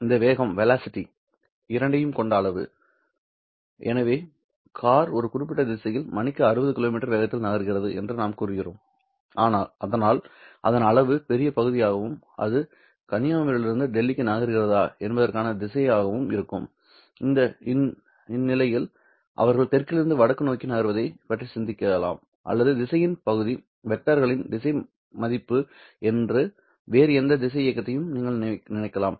இந்த வேகம் இரண்டையும் கொண்ட அளவு எனவே கார் ஒரு குறிப்பிட்ட திசையில் மணிக்கு 60 கிமீ வேகத்தில் நகர்கிறது என்று நாங்கள் கூறுகிறோம் அதனால் அதன் அளவு பெரிய பகுதியாகவும் அது கன்னியாகுமரியிலிருந்து டெல்லிக்கு நகர்கிறதா என்பதற்கான திசையாகவும் இருக்கும் இந்நிலையில் அவர்கள் தெற்கிலிருந்து வடக்கு நோக்கி நகர்வதைப் பற்றி சிந்திக்கலாம் அல்லது திசையின் பகுதி வெக்டர்களின் திசை மதிப்பு என்று வேறு எந்த திசை இயக்கத்தையும் நீங்கள் நினைக்கலாம்